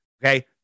Okay